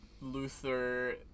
Luther